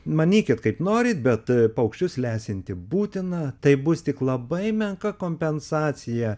manykit kaip norite bet paukščius lesinti būtina taip bus tik labai menka kompensacija